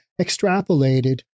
extrapolated